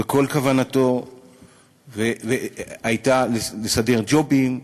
כל כוונתו הייתה לסדר ג'ובים,